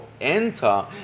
enter